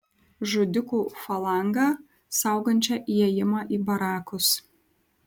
žudikų falangą saugančią įėjimą į barakus